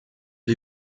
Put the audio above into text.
les